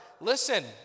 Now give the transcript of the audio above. listen